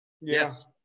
Yes